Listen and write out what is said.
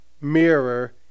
mirror